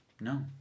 No